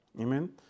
Amen